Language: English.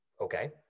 okay